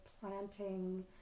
planting